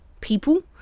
people